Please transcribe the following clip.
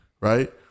Right